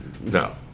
No